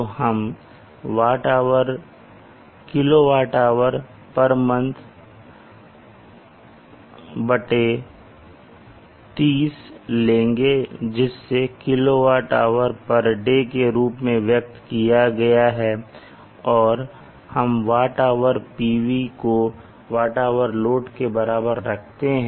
तो हम kWhmonth30 लेंगे जिसे kWhday के रूप में व्यक्त किया गया है और हम WH PV को WH load के बराबर रखते हैं